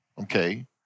Okay